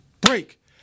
break